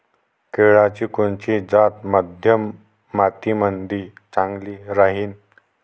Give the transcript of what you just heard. केळाची कोनची जात मध्यम मातीमंदी चांगली राहिन?